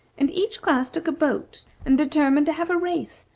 and each class took a boat and determined to have a race,